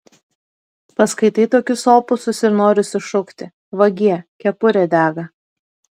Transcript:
paskaitai tokius opusus ir nori sušukti vagie kepurė dega